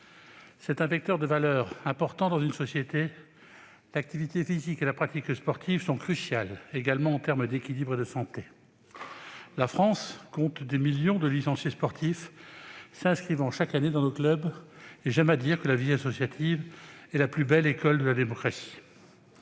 C'est un vecteur de valeurs important dans une société. L'activité physique et la pratique sportive sont également cruciales en termes d'équilibre et de santé. La France compte des millions de licenciés sportifs s'inscrivant chaque année dans nos clubs. J'aime à dire que la vie associative est la plus belle école de la démocratie.